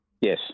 Yes